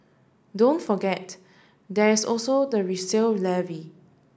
don't forget there is also the resale levy